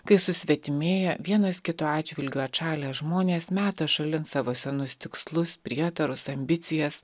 kai susvetimėję vienas kito atžvilgiu atšalę žmonės meta šalin savo senus tikslus prietarus ambicijas